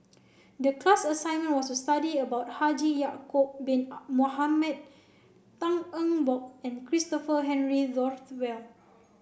the class assignment was to study about Haji Ya'acob bin Mohamed Tan Eng Bock and Christopher Henry Rothwell